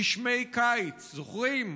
גשמי קיץ, זוכרים?